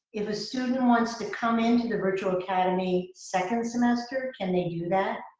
if a student wants to come into the virtual academy second semester, can they do that?